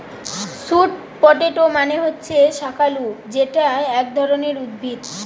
sweet potato মানে হচ্ছে শাকালু যেটা এক ধরণের উদ্ভিদ